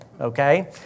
okay